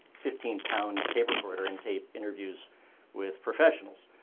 fifteen pound tape recorder and tape interviews with professionals.